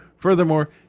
Furthermore